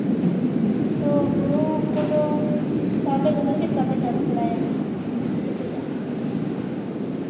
ᱛᱳ ᱦᱩᱲᱩ ᱠᱚᱫᱚ ᱪᱟᱣᱞᱮ ᱠᱚᱫᱚ ᱪᱮᱫ ᱞᱮᱠᱟᱯᱮ ᱪᱟᱥ ᱵᱟᱲᱟᱭᱟ ᱟᱯᱮ ᱥᱮᱫ ᱫᱚ